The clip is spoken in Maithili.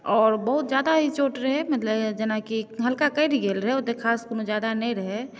आओर बहुत ज्यादा ही चोट रहै मतलब जेनाकि हल्का कटि गेल रहै ओते खास कोनो ज्यादा नहि रहै